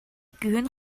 күһүн